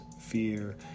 fear